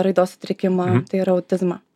raidos sutrikimą tai yra autizmą